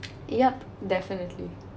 yup definitely